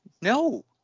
No